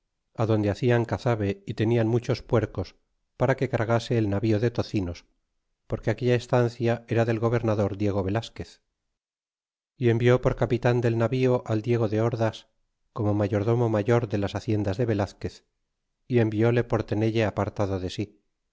adonde hacían cazabe y tenían muchos puercos para que cargase el navío de tocinos porque aquella estancia era del gobernador diego yelasquez y envió por capitan del navío al diego de ordas como mayordomo mayor do las haciendas del velazquez y envile por teneue apartado de sí